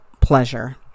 pleasure